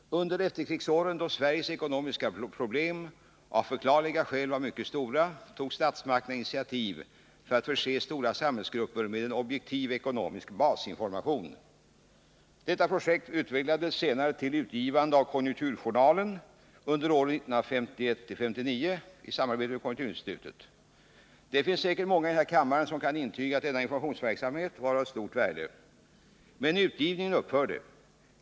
Under efterkrigsåren, då Sveriges ekonomiska problem av förklarliga skäl var mycket stora, tog statsmakterna initiativ för att förse stora samhällsgrupper med en objektiv ekonomisk basinformation. Detta projekt utvecklades senare till utgivandet av Konjunkturjournalen under åren 1951-1959 i samarbete med konjunkturinstitutet. Det finns säkert många i den här kammaren som kan intyga att denna informationsverksamhet var av stort värde. Men utgivningen upphörde.